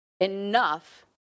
enough